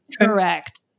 correct